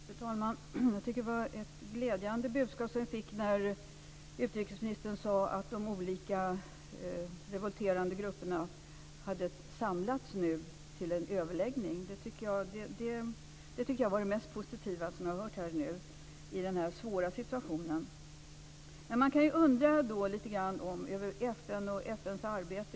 Fru talman! Jag tycker att det var ett glädjande budskap när utrikesministern sade att de olika, revolterande grupperna nu har samlats till en överläggning. Det tycker jag var det mest positiva i denna svåra situation som jag nu har hört här. Men man kan ju undra lite grann över FN och FN:s arbete.